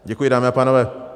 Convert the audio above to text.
Děkuji, dámy a pánové.